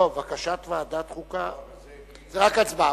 לא, בקשת ועדת חוקה, זה רק הצבעה.